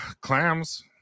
Clams